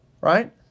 right